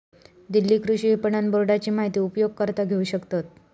दिल्ली कृषि विपणन बोर्डाची माहिती उपयोगकर्ता घेऊ शकतत